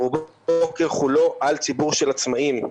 רובו ככולו ציבור של עצמאיים.